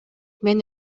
мен